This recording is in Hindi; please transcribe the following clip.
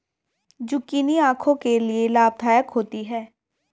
जुकिनी आंखों के लिए लाभदायक होती है